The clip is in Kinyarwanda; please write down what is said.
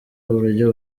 uburyo